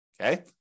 Okay